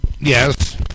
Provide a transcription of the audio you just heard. Yes